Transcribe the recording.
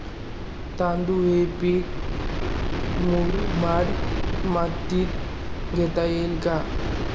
तांदूळ हे पीक मुरमाड मातीत घेता येईल का?